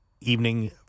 evening